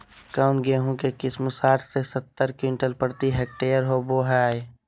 कौन गेंहू के किस्म साठ से सत्तर क्विंटल प्रति हेक्टेयर होबो हाय?